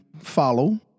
follow